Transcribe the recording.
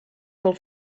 del